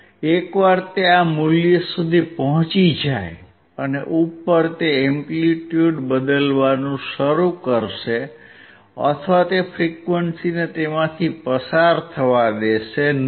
એકવાર તે આ મૂલ્ય સુધી પહોંચી જાય અને ઉપર તે એમ્પ્લિટ્યુડ બદલવાનું શરૂ કરશે અથવા તે ફ્રીક્વંસીને તેમાંથી પસાર થવા દેશે નહીં